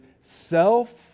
self